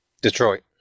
Detroit